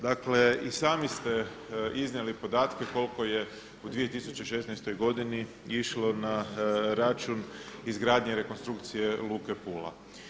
Dakle i sami ste iznijeli podatke koliko je u 2016. godini išlo na račun izgradnje rekonstrukcije Luke Pula.